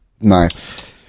nice